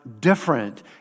different